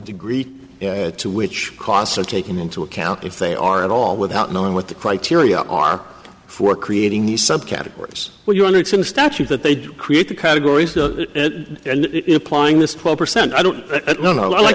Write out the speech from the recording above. degree to which costs are taken into account if they are at all without knowing what the criteria are for creating these subcategories units and statute that they create the categories and applying this twelve percent i don't know like